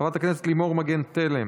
חברת הכנסת לימור מגן תלם,